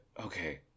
Okay